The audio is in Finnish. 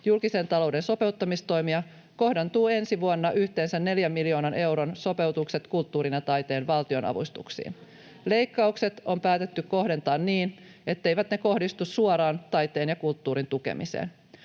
julkisen talouden sopeuttamistoimia kohdentuu ensi vuonna yhteensä 4 miljoonan euron sopeutukset kulttuurin ja taiteen valtionavustuksiin. [Vasemmalta: Häpeällistä!] Leikkaukset on päätetty kohdentaa niin, etteivät ne kohdistu suoraan taiteen ja kulttuurin tukemiseen.